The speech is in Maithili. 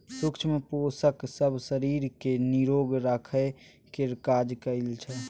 सुक्ष्म पोषक सब शरीर केँ निरोग राखय केर काज करइ छै